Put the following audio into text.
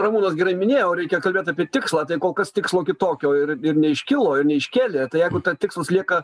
ramūnas gerai minėjo reikia kalbėt apie tikslą tai kol kas tikslo kitokio ir ir neiškilo ir neiškėlė tai jeigutas tikslas lieka